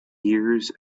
years